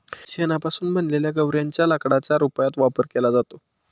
शेणापासून बनवलेल्या गौर्यांच्या लाकडाच्या रूपात वापर केला जातो